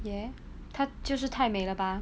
ya 她就是太美了吧